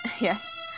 Yes